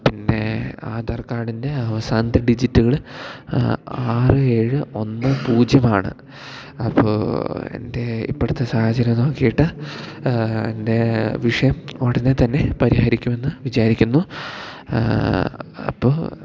പിന്നെ ആധാർക്കാഡിൻ്റെ അവസാനത്തെ ഡിജിറ്റ്കൾ ആറ് ഏഴ് ഒന്ന് പൂജ്യമാണ് അപ്പോൾ എൻ്റെ ഇപ്പോഴത്തെ സാഹചര്യം നോക്കിയിട്ട് എൻ്റെ വിഷയം ഉടനെ തന്നെ പരിഹരിക്കുമെന്ന് വിചാരിക്കുന്നു അപ്പോൾ